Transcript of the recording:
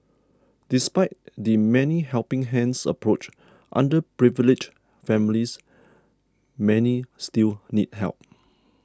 despite the many helping hands' approach underprivileged families many still need help